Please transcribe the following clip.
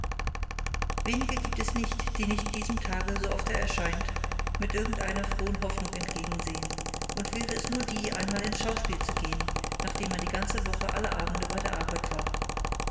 wenige gibt es die nicht diesem tage so oft er erscheint mit irgend einer frohen hoffnung entgegensehen und wäre es nur die einmal ins schauspiel zu gehen nachdem man die ganze woche alle abende bei der arbeit war